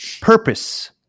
Purpose